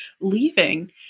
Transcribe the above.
leaving